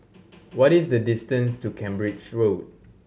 what is the distance to Cambridge Road